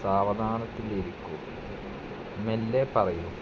സാവധാനത്തിൽ ഇരിക്കൂ മെല്ലെ പറയൂ